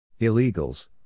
Illegals